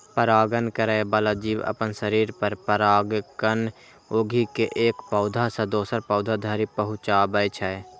परागण करै बला जीव अपना शरीर पर परागकण उघि के एक पौधा सं दोसर पौधा धरि पहुंचाबै छै